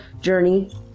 journey